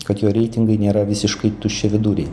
kad jo reitingai nėra visiškai tuščiaviduriai